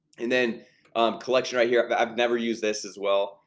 and then collection right here but i've never used this as well,